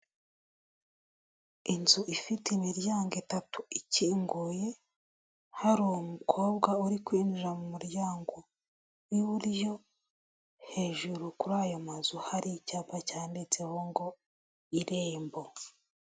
Inzu ifite imiryango itatu ikinguye hari umukobwa uri kuyinjira mu muryango w'iburyo hejuru kuri ayo mazu hari icyapa cyanditseho ngo irembo.